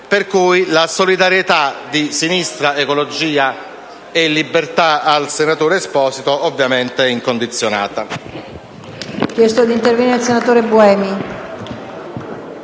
vedere. La solidarietà di Sinistra Ecologia e Libertà al senatore Esposito è ovviamente incondizionata.